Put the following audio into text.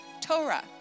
Torah